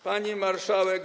Pani Marszałek!